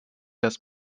das